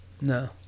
No